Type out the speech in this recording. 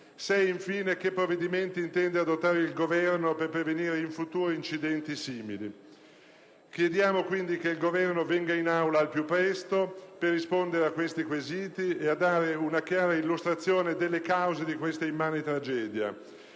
chiediamo che provvedimenti intenda adottare il Governo per prevenire in futuro incidenti simili. Chiediamo quindi che il Governo venga in Aula al più presto per rispondere a tali quesiti e per dare una chiara illustrazione delle cause di questa immane tragedia.